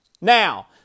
Now